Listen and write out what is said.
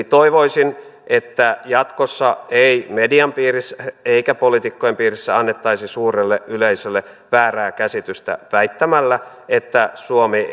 toivoisin että jatkossa ei median piirissä eikä poliitikkojen piirissä annettaisi suurelle yleisölle väärää käsitystä väittämällä että suomi